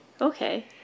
Okay